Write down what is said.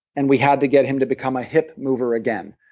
and we had to get him to become a hip mover again.